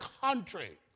country